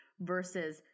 versus